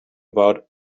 about